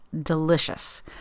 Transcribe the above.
delicious